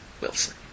Wilson